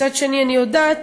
מצד שני, אני יודעת